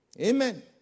Amen